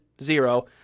zero